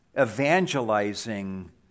evangelizing